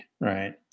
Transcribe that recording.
right